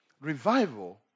Revival